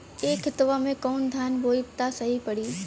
ए खेतवा मे कवन धान बोइब त सही पड़ी?